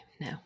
No